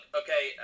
okay